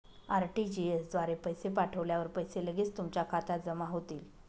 RTGS द्वारे पैसे पाठवल्यावर पैसे लगेच तुमच्या खात्यात जमा होतील